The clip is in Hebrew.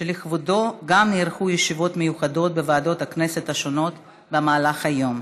שלכבודו גם נערכו ישיבות מיוחדות בוועדות הכנסת השונות במהלך היום.